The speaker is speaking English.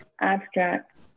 abstract